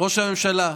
ראש הממשלה,